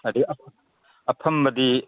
ꯑꯗꯒꯤ ꯑꯐꯝꯕꯗꯤ